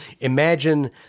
imagine